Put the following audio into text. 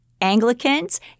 Anglicans